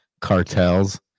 cartels